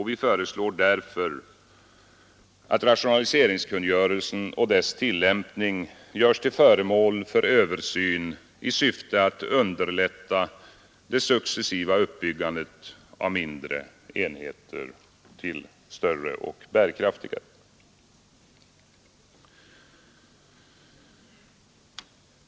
Vi föreslår därför att rationaliseringskungörelsen och dess tillämpning görs till föremål för översyn i syfte att underlätta det successiva uppbyggandet av mindre enheter till större och bärkraftiga.